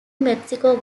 mexico